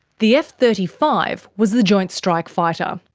the f thirty five was the joint strike fighter.